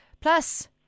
Plus